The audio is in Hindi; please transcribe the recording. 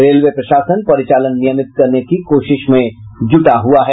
रेलवे प्रशासन परिचालन नियमित करने की कोशिश में जुटा है